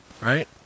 right